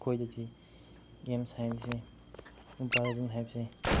ꯑꯩꯈꯣꯏꯗꯗꯤ ꯒꯦꯝꯁ ꯍꯥꯏꯕꯁꯦ mobile legend ꯍꯥꯏꯕꯁꯦ